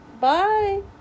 Bye